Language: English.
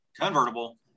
convertible